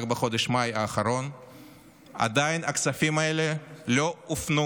בחודש מאי האחרון, הכספים האלה עדיין לא הופנו